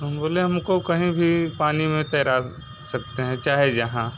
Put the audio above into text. हम बोले हमको कहीं भी पानी में तैरा सकते हैं चाहें जहाँ